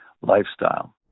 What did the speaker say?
lifestyle